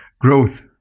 Growth